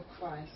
Christ